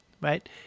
right